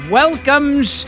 welcomes